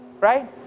Right